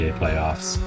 playoffs